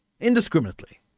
indiscriminately